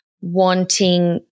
wanting